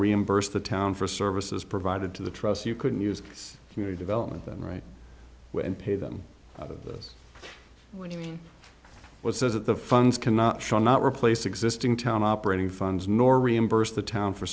reimburse the town for services provided to the trust you couldn't use community development them right and pay them out of this which is what says that the funds cannot shall not replace existing town operating funds nor reimburse the town for